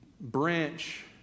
branch